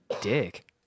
dick